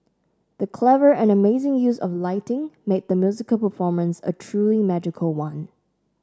the clever and amazing use of lighting made the musical performance a truly magical one